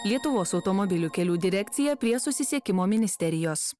lietuvos automobilių kelių direkcija prie susisiekimo ministerijos